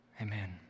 Amen